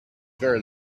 very